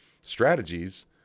strategies